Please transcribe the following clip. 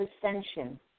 ascension